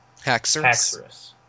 Haxorus